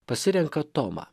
pasirenka tomą